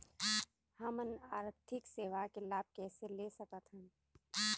हमन आरथिक सेवा के लाभ कैसे ले सकथन?